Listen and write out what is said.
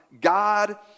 God